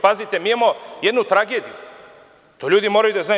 Pazite, mi imamo jednu tragediju, koju ljudi moraju da znaju.